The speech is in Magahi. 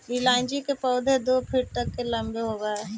इलायची के पौधे दो फुट तक लंबे होवअ हई